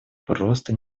просто